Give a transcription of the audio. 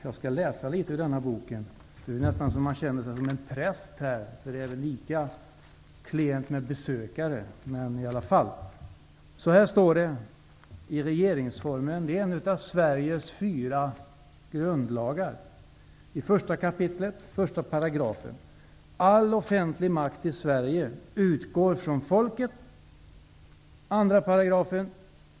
Jag skall läsa upp litet ur denna bok. Det är nästan så att jag känner mig som en präst. Det är ju lika klent med besökare i båda sammanhangen. I alla fall står det så här i 1 kap., 1 §, regeringsformen, som är en av ''All offentlig makt i Sverige utgår från folket.''